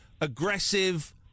aggressive